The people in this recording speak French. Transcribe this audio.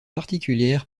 particulière